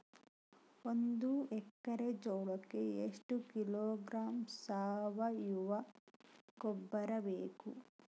ಒಂದು ಎಕ್ಕರೆ ಜೋಳಕ್ಕೆ ಎಷ್ಟು ಕಿಲೋಗ್ರಾಂ ಸಾವಯುವ ಗೊಬ್ಬರ ಬೇಕು?